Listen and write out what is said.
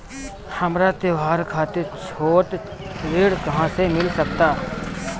हमरा त्योहार खातिर छोट ऋण कहाँ से मिल सकता?